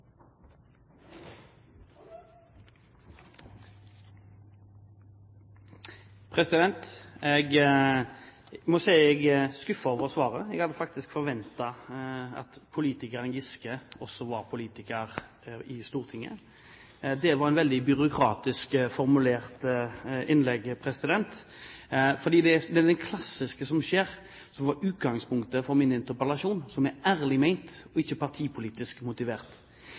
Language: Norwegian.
generasjoner. Jeg må si at jeg er skuffet over svaret. Jeg hadde faktisk forventet at politikeren Giske også var politiker i Stortinget. Dette var et veldig byråkratisk formulert innlegg. Det er det klassiske som skjer. Det som var utgangspunktet for min interpellasjon – som er ærlig ment og ikke partipolitisk motivert: